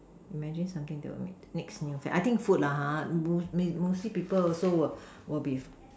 imagine something that be make next new fad I think food lah ha most most mostly people also will will be